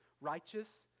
righteous